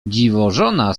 dziwożona